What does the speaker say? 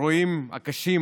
לנוכח האירועים הקשים,